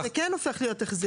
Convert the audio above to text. אבל זה כן הופך להיות החזר.